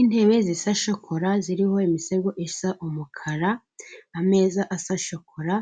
Intebe zisa shakora ziriho imisego isa umukara, ameza asa shokora,